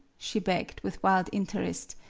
she begged, with wild interest,